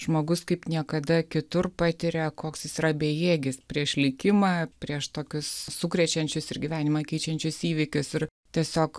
žmogus kaip niekada kitur patiria koks jis yra bejėgis prieš likimą prieš tokius sukrečiančius ir gyvenimą keičiančius įvykius ir tiesiog